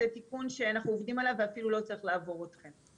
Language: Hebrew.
זה תיקון שאנחנו עובדים עליו ואפילו לא צריך לעבור אתכם.